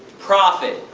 profit,